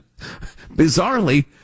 Bizarrely